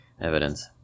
evidence